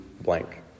blank